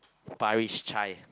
Parish-Chai